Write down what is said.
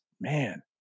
man